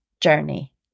journey